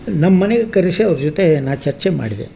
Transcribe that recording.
ನಮ್ಮ ಮನೆಗೆ ಕರೆಸೇಈ ಅವ್ರ ಜೊತೆ ನಾ ಚರ್ಚೆ ಮಾಡಿದೆ